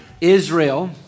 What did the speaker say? Israel